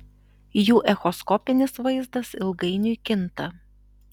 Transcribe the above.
jų echoskopinis vaizdas ilgainiui kinta